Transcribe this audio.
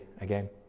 again